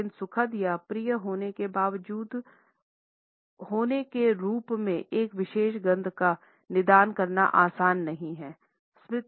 लेकिन सुखद या अप्रिय होने के रूप में एक विशेष गंध का निदान करना आसान नहीं है